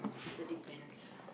so depends